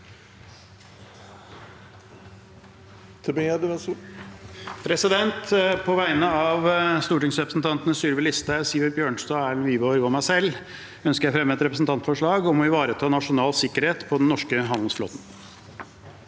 På veg- ne av stortingsrepresentantene Sylvi Listhaug, Sivert Bjørnstad, Erlend Wiborg og meg selv ønsker jeg å fremme et representantforslag om å ivareta nasjonal sikkerhet på den norske handelsflåten.